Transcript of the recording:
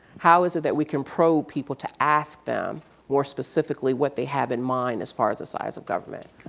how is it that we can probe people to ask them more specifically what they have in mind as far as the size of government.